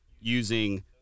using